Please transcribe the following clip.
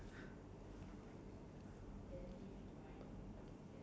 so are you are you going to like follow me to Ang-Mo-Kio first or something or what